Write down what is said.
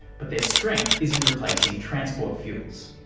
but their strength is in replacing transport fuels,